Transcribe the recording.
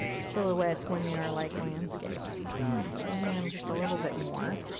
silhouettes when they are like landscapes making them just a little bit more.